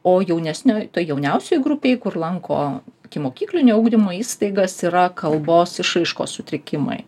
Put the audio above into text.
o jaunesnio toj jauniausioj grupėj kur lanko ikimokyklinio ugdymo įstaigas yra kalbos išraiškos sutrikimai